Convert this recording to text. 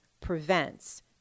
prevents